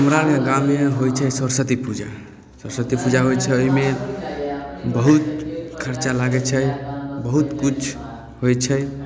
हमरा ने गाममे होइ छै सरस्वती पूजा सरस्वती पूजा होइ छै एहिमे बहुत खरचा लागै छै बहुत किछु होइ छै